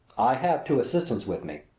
i have two assistants with me.